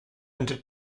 into